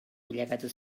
bilakatu